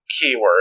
keyword